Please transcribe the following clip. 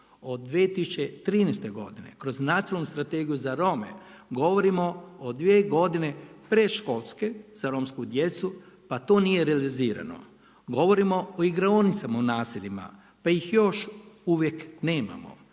Od 2013. godine, kroz Nacionalnu strategiju za Rome, govorimo od 2 godine predškolske, za romsku djecu pa to nije realizirano. Govorimo o igraonicama u naseljima, pa ih još uvijek nemamo.